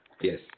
Yes